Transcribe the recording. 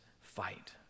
fight